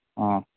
ആ